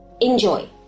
Enjoy